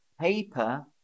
Paper